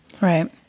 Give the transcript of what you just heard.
Right